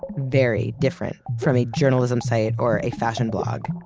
very different from a journalism site or a fashion blog.